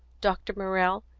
dr. morrell,